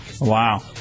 Wow